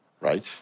Right